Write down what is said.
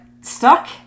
stuck